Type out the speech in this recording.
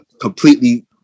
completely